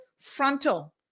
frontal